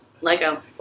Lego